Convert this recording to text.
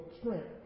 strength